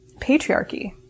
patriarchy